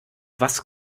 was